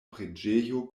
preĝejo